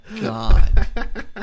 God